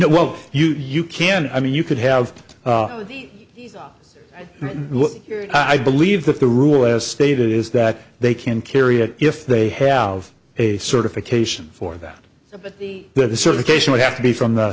well you can i mean you could have i believe that the rule as stated is that they can carry it if they have a certification for that but the certification would have to be from the